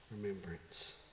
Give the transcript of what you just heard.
remembrance